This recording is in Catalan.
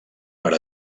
per